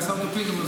שעשה אותו פינדרוס,